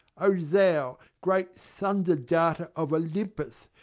o thou great thunder-darter of olympus,